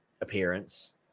appearance